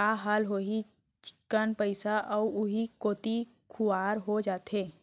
का हाल होही चिक्कन पइसा ह उहीं कोती खुवार हो जाथे